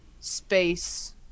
space